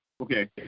Okay